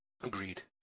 Agreed